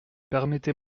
permettez